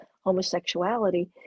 homosexuality